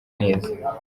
neza